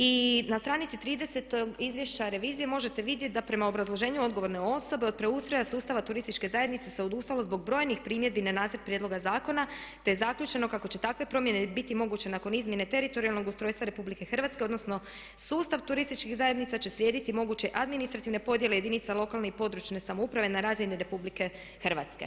I na stranici 30-toj izvješća revizija možete vidjeti da prema obrazloženju odgovorne osobe od preustroja sustava turističke zajednice se odustalo zbog brojnih primjedbi na nacrt prijedloga zakona te je zaključeno kako će takve promjene biti moguće nakon izmjene teritorijalnog ustrojstva RH odnosno sustav turističkih zajednica će slijediti moguće administrativne podjele jedinica lokalne i područne samouprave na razini RH.